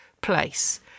place